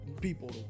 people